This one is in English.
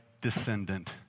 descendant